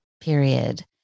period